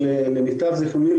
למיטב זכרוני,